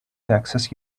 texas